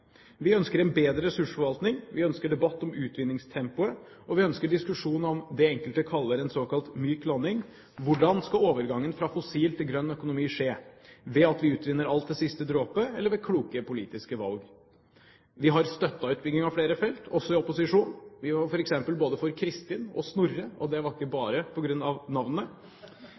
Vi ønsker en bedre ressursforvaltning, vi ønsker debatt om utvinningstempoet, og vi ønsker diskusjon om det enkelte kaller en myk landing. Hvordan skal overgangen fra fossil til grønn økonomi skje? Ved at vi utvinner alt til siste dråpe, eller ved kloke politiske valg? Vi har støttet utbygging av flere felt, også i opposisjon. Vi var f.eks. for både Kristin og Snorre, og det var ikke bare